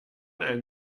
ein